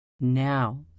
Now